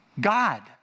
God